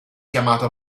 chiamato